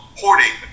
hoarding